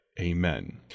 Amen